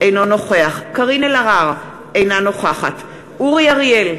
אינו נוכח קארין אלהרר, אינה נוכחת אורי אריאל,